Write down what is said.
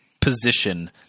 position